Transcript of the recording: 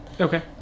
Okay